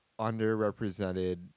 underrepresented